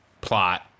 plot